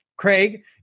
Craig